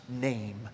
name